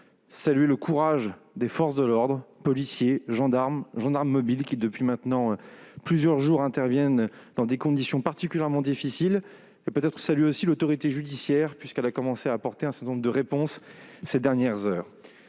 saluer le courage des forces de l'ordre- policiers, gendarmes, gendarmes mobiles ...-, qui, depuis maintenant plusieurs jours, interviennent dans des conditions particulièrement difficiles, mais aussi l'autorité judiciaire, qui a commencé à apporter un certain nombre de réponses ces dernières heures.